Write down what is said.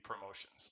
promotions